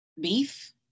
beef